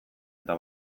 eta